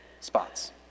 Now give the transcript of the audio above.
spots